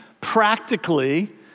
practically